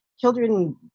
children